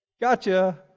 gotcha